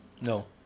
No